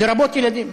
לרבות ילדים.